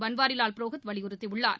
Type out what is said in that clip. பன்வாரிலால் புரோகித் வலியுறுத்தியுள்ளார்